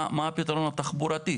מה הפתרון התחבורתי?